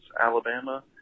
Alabama